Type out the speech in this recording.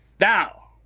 Now